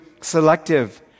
selective